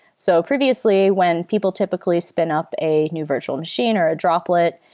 so previously, when people typically spin up a new virtual machine or droplet,